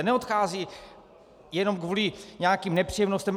Neodcházejí jenom kvůli nějakým nepříjemnostem.